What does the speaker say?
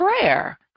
prayer